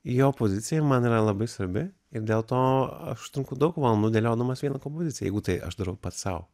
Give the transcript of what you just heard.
jo pozicija man yra labai svarbi ir dėl to aš užtrunku daug valandų dėliodamas vieną kompoziciją jeigu tai aš darau pats sau